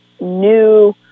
new